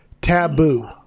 taboo